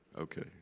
Okay